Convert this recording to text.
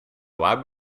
lab